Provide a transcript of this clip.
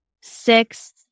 six